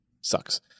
sucks